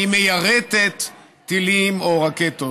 והיא מיירטת טילים או רקטות.